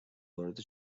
وارد